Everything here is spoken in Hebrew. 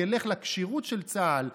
ילך לכשירות של צה"ל,